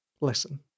Listen